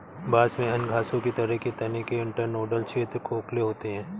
बांस में अन्य घासों की तरह के तने के इंटरनोडल क्षेत्र खोखले होते हैं